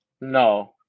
No